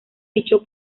fichó